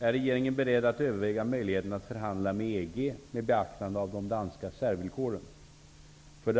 Är regeringen beredd att överväga möjligheten att förhandla med EG med beaktande av de danska särvillkoren? 2.